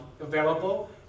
available